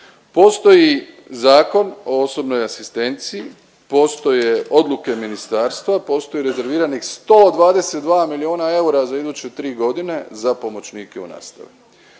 postoji Zakon o osobnoj asistenciji, postoje odluke ministarstva, postoje rezerviranih 122 milijuna eura za iduće tri godine za pomoćnike u nastavi.